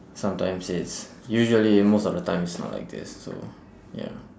sometimes it's usually most of the time it's not like this so ya